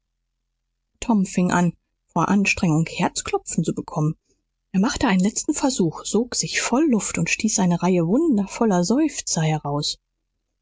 tom fing an vor anstrengung herzklopfen zu bekommen er machte einen letzten versuch sog sich voll luft und stieß eine reihe wundervoller seufzer heraus